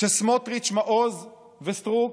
שסמוטריץ', מעוז וסטרוק